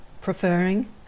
preferring